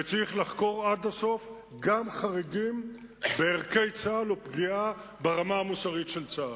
וצריך לחקור עד הסוף גם חריגים בערכי צה"ל ופגיעה ברמה המוסרית של צה"ל.